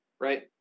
right